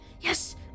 Yes